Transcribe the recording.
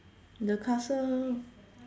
the castle